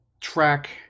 track